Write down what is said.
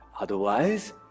Otherwise